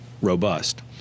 robust